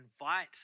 invite